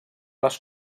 les